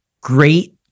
great